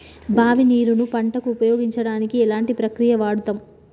బావి నీరు ను పంట కు ఉపయోగించడానికి ఎలాంటి ప్రక్రియ వాడుతం?